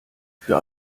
für